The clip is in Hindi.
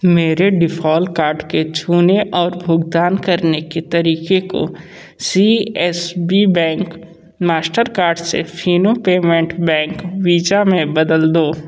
मेरे डिफ़ॉल्ट कार्ड के छूने और भुगतान करने के तरीके को C S B bank Mastercard से फिनो पेमेंट्स बैंक वीज़ा बदल दो